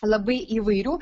labai įvairių